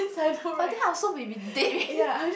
but then I also may be dead already